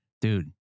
dude